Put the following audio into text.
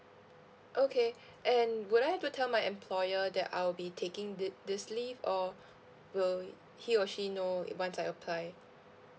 okay and will I have to tell my employer that I'll be taking thi~ this leave or will he or she know it once I apply